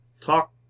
talk